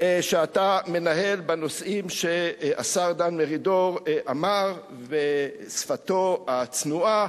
שאתה מנהל בנושאים שהשר דן מרידור אמר בשפתו הצנועה,